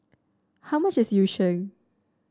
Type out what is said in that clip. how much is Yu Sheng